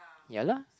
ya lah